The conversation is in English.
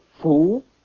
fool